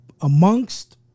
amongst